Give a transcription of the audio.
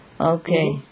Okay